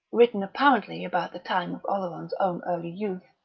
written apparently about the time of oleron's own early youth,